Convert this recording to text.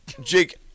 Jake